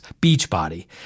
Beachbody